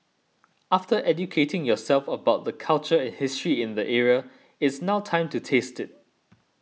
after educating yourself about the culture and history in the area it's now time to taste it